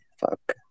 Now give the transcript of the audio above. fuck